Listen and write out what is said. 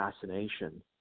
fascination